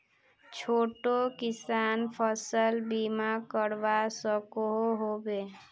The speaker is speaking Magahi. छोटो किसान फसल बीमा करवा सकोहो होबे?